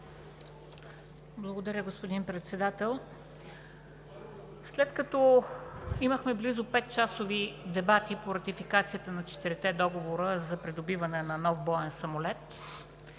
Благодаря, господин Председател. След като имахме близо петчасови дебати по ратификацията на четирите договора за придобиване на нов боен самолет